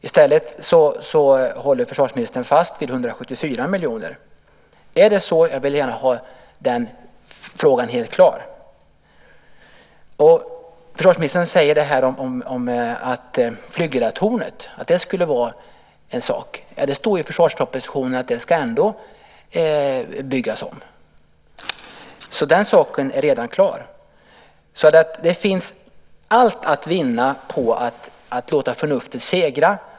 I stället håller försvarsministern fast vid 174 miljoner. Är det så? Jag vill gärna ha den frågan helt klarlagd. Försvarsministern säger att flygledartornet skulle medföra problem. Men det står ju i försvarspropositionen att det ändå ska byggas om, så den saken är redan klar. Det finns allt att vinna på att låta förnuftet segra.